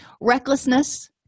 Recklessness